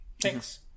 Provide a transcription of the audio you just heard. Thanks